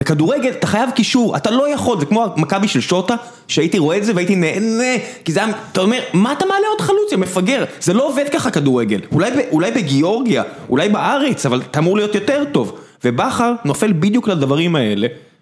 בכדורגל אתה חייב קישור, אתה לא יכול, זה כמו המכבי של שוטה שהייתי רואה את זה והייתי נהנה כי זה היה, אתה אומר, מה אתה מעלה עוד חלוץ יא מפגר? זה לא עובד ככה כדורגל אולי בגיאורגיה, אולי בארץ, אבל אתה אמור להיות יותר טוב ובכר נופל בדיוק על הדברים האלה